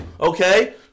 Okay